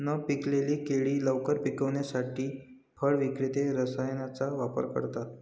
न पिकलेली केळी लवकर पिकवण्यासाठी फळ विक्रेते रसायनांचा वापर करतात